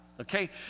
okay